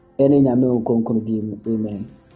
Amen